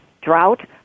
drought